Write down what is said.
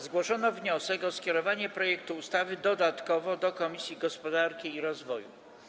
Zgłoszono wniosek o skierowanie projektu ustawy dodatkowo do Komisji Gospodarki i Rozwoju.